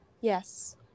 Yes